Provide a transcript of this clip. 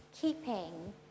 keeping